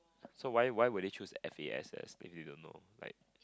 so why why will they choose F_A_S_S if they don't know like